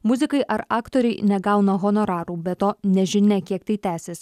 muzikai ar aktoriai negauna honorarų be to nežinia kiek tai tęsis